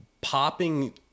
popping